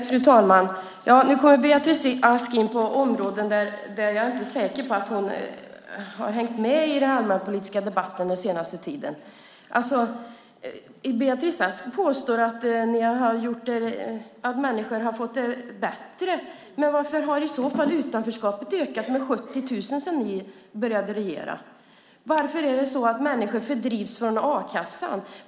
Fru talman! Nu kommer Beatrice Ask in på områden där jag inte är säker på att hon har hängt med i den allmänpolitiska debatten den senaste tiden. Beatrice Ask påstår att människor har fått det bättre, men varför har i så fall utanförskapet ökat med 70 000 personer sedan ni började regera? Varför fördrivs människor från a-kassan?